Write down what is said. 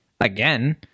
again